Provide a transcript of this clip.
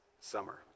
summer